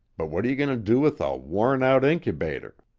but what're you going to do with a wore-out incubator?